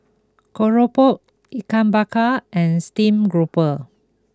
Keropok Ikan Bakar and Steamed Grouper